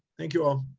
thank you all.